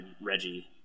Reggie